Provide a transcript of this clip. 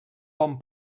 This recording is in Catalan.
bon